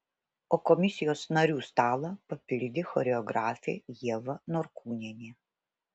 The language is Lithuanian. o komisijos narių stalą papildė choreografė ieva norkūnienė